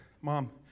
mom